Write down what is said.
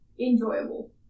enjoyable